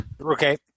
Okay